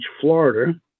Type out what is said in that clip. Florida